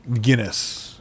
Guinness